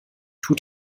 tut